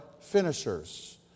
finishers